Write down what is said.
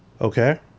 Okay